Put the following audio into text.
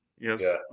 Yes